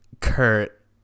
Kurt